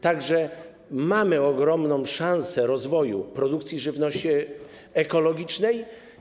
Tak że mamy ogromną szansę na rozwój produkcji żywności ekologicznej.